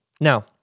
Now